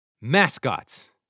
Mascots